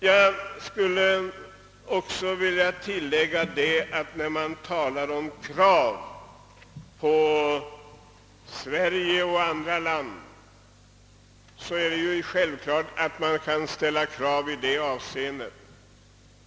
Jag vill tillägga att det är självklart att man skall ställa krav på Sverige och andra länder i detta avseende.